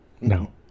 No